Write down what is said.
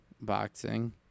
boxing